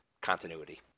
continuity